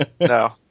no